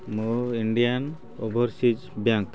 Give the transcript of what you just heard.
ମୁଁ Indian Overseas bank